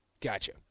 Gotcha